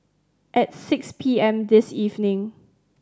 at six P M this evening